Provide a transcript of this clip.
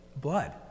blood